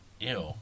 Ew